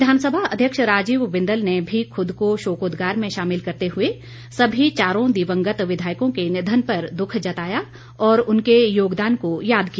विधानसभा अध्यक्ष राजीव बिंदल ने भी खुद को शोकोदगार में शामिल करते हुए सभी चारों दिवंगत विधायकों के निधन पर दुख जताया और उनके योगदान को याद किया